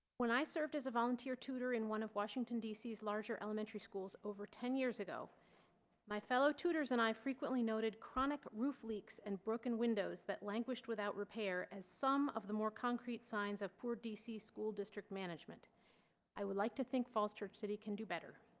when i served as a volunteer tutor in one of washington dc's larger elementary schools over ten years ago my fellow tutorsand i frequently noted chronic roof leaks and broken windows that languished without repair as some of the more concrete signs of for dc school district management i would like to thank falls church city can do better